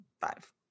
five